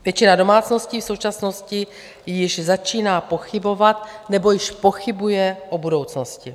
Většina domácností v současnosti již začíná pochybovat nebo již pochybuje o budoucnosti.